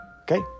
Okay